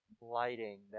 lighting